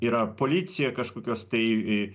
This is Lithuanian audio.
yra policija kažkokios tai